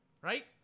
right